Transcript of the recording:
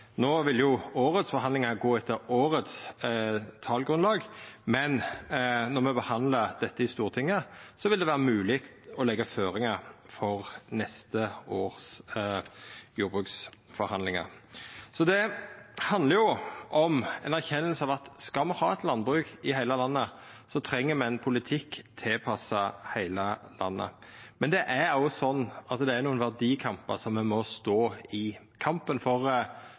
årets forhandlingar gå etter årets talgrunnlag, men når me behandlar dette i Stortinget, vil det vera mogleg å leggja føringar for neste års jordbruksforhandlingar. Det handlar om ei erkjenning av: Skal me ha eit landbruk i heile landet, treng me ein politikk tilpassa heile landet. Det er nokre verdikampar me må stå i, og kampen for tollvernet er ein av dei. Alt anna i